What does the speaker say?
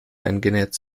eingenäht